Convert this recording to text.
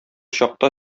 чакта